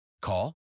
Call